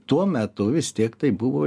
tuo metu vis tiek tai buvo